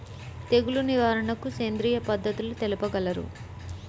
తెగులు నివారణకు సేంద్రియ పద్ధతులు తెలుపగలరు?